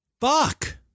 Fuck